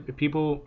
people